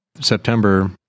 September